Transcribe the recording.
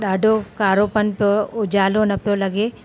ॾाढो कारो पन पियो उजालो न पियो लॻे